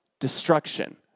Destruction